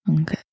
Okay